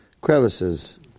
crevices